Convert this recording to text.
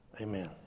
Amen